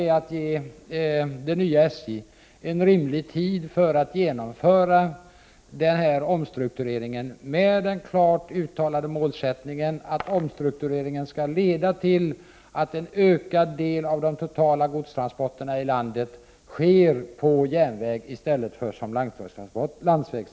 Vi måste ge det nya SJ en rimlig tid för att genomföra denna omstrukturering med den klart uttalade målsättningen att omstruktureringen skall leda till att en ökad del av de totala godstransporterna i landet sker på järnvägistället för på landsväg.